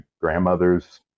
grandmother's